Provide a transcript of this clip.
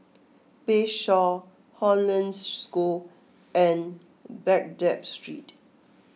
Bayshore Hollandse School and Baghdad Street